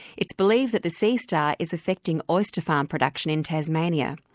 it's believed that the sea star is affecting oyster farm production in tasmania.